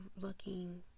looking